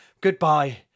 Goodbye